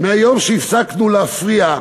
מהיום שהפסקנו להפריע,